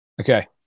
okay